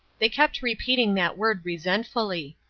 they kept repeating that word resentfully.